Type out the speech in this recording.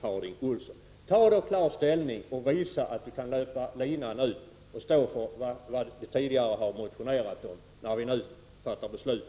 Jag vill uppmana Bengt Harding Olson att ta klar ställning och visa att han kan löpa linan ut och stå för vad han tidigare har motionerat om, när vi om någon halvtimme fattar beslut.